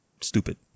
stupid